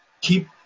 keep